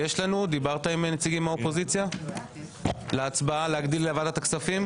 דיברת עם נציגים מהאופוזיציה להגדיל את ועדת הכספים?